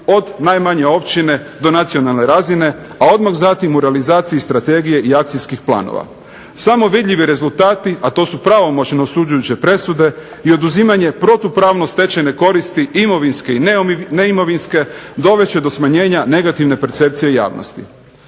od najmanje općine do nacionalne razine, a odmah zatim u realizaciji strategije i akcijskih planova. Samo vidljivi rezultati, a to su pravomoćne osuđujuće presude, i oduzimanje protupravno stečene koristi imovinske i neimovinske dovest će do smanjenja negativne percepcije javnosti.